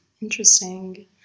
interesting